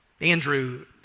Andrew